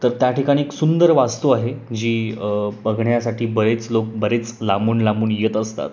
तर त्या ठिकाणी एक सुंदर वास्तू आहे जी बघण्यासाठी बरेच लोक बरेच लांबून लांबून येत असतात